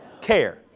care